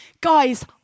guys